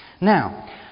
Now